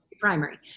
primary